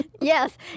Yes